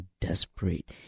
desperate